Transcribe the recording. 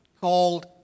called